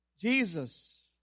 Jesus